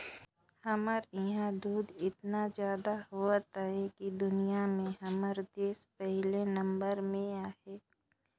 हमर इहां दूद एतना जादा होवत अहे कि दुनिया में हमर देस पहिले नंबर में अहे